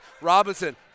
Robinson